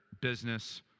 business